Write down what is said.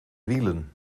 wielen